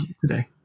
today